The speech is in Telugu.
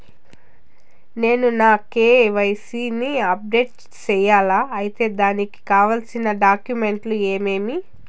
నేను నా కె.వై.సి ని అప్డేట్ సేయాలా? అయితే దానికి కావాల్సిన డాక్యుమెంట్లు ఏమేమీ?